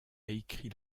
écrit